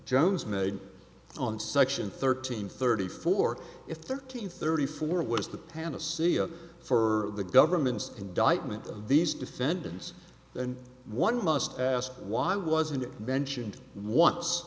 jones made on section thirteen thirty four if their key thirty four was the panacea for the government's indictment of these defendants then one must ask why wasn't it mentioned once